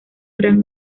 gran